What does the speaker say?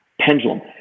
Pendulum